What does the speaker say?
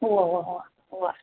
O ഓ ഓ ഉവ്വ്